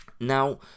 Now